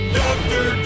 doctor